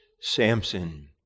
Samson